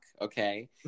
okay